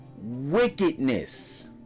wickedness